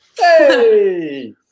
Hey